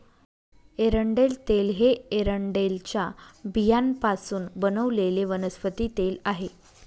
एरंडेल तेल हे एरंडेलच्या बियांपासून बनवलेले वनस्पती तेल आहे